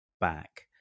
back